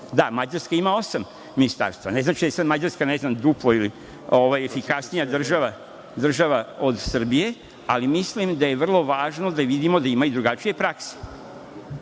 ali Mađarska ima osam. Ne znači da je sada Mađarska duplo efikasnija država od Srbije, ali mislim da je vrlo važno da vidimo da ima i drugačije prakse.U